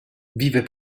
vive